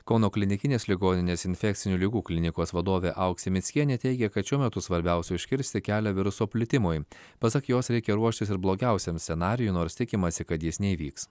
kauno klinikinės ligoninės infekcinių ligų klinikos vadovė auksė mickienė teigė kad šiuo metu svarbiausia užkirsti kelią viruso plitimui pasak jos reikia ruoštis ir blogiausiam scenarijui nors tikimasi kad jis neįvyks